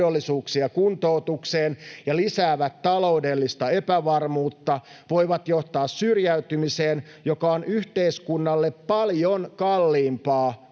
mahdollisuuksia kuntoutukseen ja lisäävät taloudellista epävarmuutta, voivat johtaa syrjäytymiseen, joka on yhteiskunnalle paljon kalliimpaa